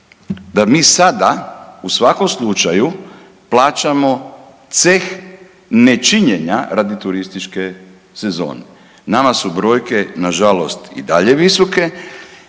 da mi sada u svakom slučaju plaćamo ceh nečinjenja radi turističke sezone. Nama su brojke na žalost i dalje visoke